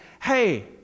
hey